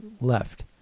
left